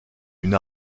une